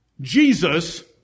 Jesus